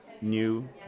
new